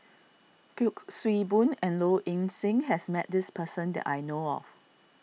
Kuik Swee Boon and Low Ing Sing has met this person that I know of